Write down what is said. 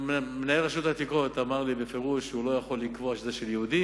מנהל רשות העתיקות אמר לי בפירוש שהוא לא יכול לקבוע שזה של יהודים,